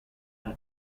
not